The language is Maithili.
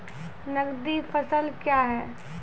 नगदी फसल क्या हैं?